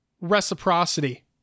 reciprocity